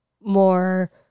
more